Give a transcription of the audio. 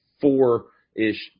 four-ish